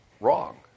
wrong